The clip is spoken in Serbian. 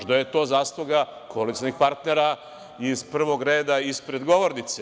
Možda je to zasluga koalicionih partnera iz prvog reda ispred govornice.